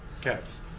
cats